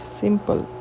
simple